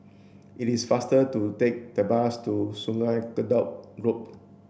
it is faster to take the bus to Sungei Kadut Loop